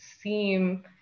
seem